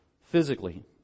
physically